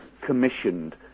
commissioned